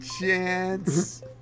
chance